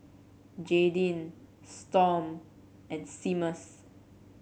Jaydin Storm and Seamus